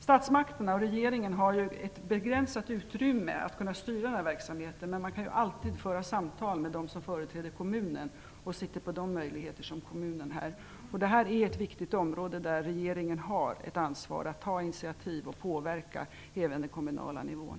Statsmakterna och regeringen har ju ett begränsat utrymme att kunna styra verksamheten, men man kan ju alltid föra samtal med dem som företräder kommunen. Det här är ett viktigt område där regeringen har ett ansvar att ta initiativ och påverka även på den kommunala nivån.